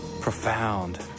Profound